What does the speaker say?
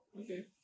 okay